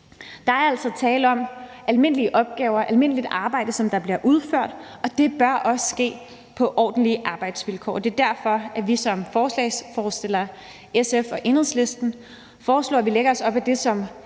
Der er altså tale om almindelige opgaver, almindeligt arbejde, som bliver udført, og det bør også ske på ordentlige arbejdsvilkår, og det er derfor, at vi som forslagsstillere i SF og Enhedslisten foreslår, at vi lægger os op ad det,